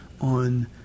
on